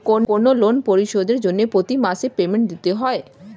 কোনো লোন পরিশোধের জন্য প্রতি মাসে পেমেন্ট দিতে হয়